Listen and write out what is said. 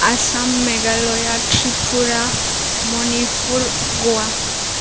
Assam Meghalaya Tripura Manipur Goa